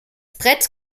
brett